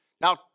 Now